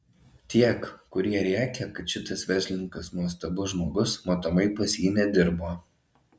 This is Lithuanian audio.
tiek kurie rėkia kad šitas verslininkas nuostabus žmogus matomai pas jį nedirbo